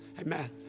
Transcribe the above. Amen